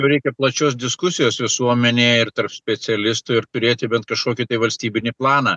reikia plačios diskusijos visuomenėj ir tarp specialistų ir turėti bent kažkokį tai valstybinį planą